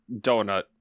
donut